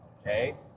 okay